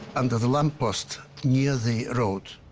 under the lamp post near the road.